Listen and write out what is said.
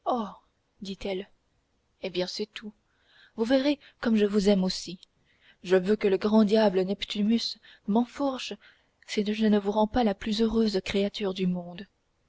dit-elle eh bien c'est tout vous verrez comme je vous aime aussi je veux que le grand diable neptunus m'enfourche si je ne vous rends pas la plus heureuse créature du monde